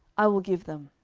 i will give them.